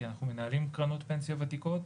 כי אנחנו מנהלים קרנות פנסיה ותיקות.